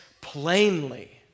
plainly